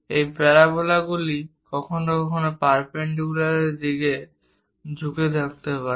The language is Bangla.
এই প্যারাবোলাগুলি কখনও কখনও পারপেন্ডিকুলার দিকেও ঝুঁকে থাকতে পারে